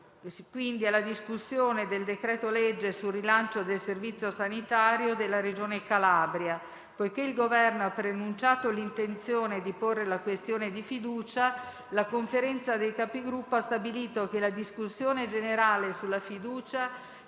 quindi alla discussione del decreto-legge sul rilancio del servizio sanitario della Regione Calabria. Poiché il Governo ha preannunciato l'intenzione di porre la questione di fiducia, la Conferenza dei Capigruppo ha stabilito che la discussione sulla fiducia